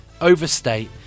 overstate